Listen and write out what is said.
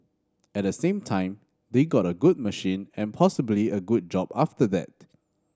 at the same time they got a good machine and possibly a good job after that